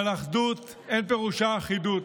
אבל אחדות אין פירושה אחידות.